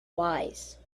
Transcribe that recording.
wise